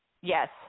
Yes